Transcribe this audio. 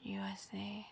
USA